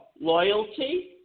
loyalty